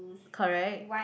correct